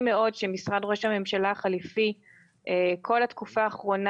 מאוד שמשרד ראש הממשלה החליפי כל התקופה האחרונה